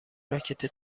راکت